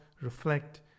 reflect